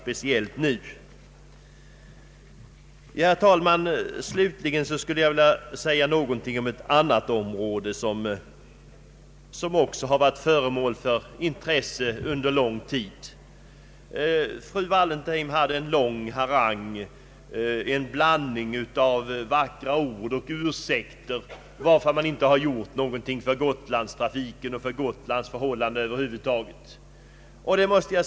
Slutligen, herr talman, skulle jag vilja säga några ord om ett annat område, som också varit föremål för intresse under lång tid. Fru Wallentheim drog en lång harang, en blandning av vackra ord och ursäkter, varför regeringen inte gjort någonting för Gotlandstrafiken och Gotlands förhållanden över Ang. regionalpolitiken huvud taget.